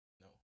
No